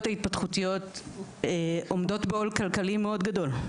ההתפתחותיות עומדות בעול כלכלי מאוד גדול.